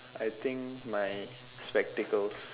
I think my spectacles